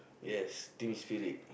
yes team's Phillip